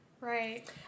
right